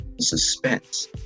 Suspense